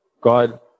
God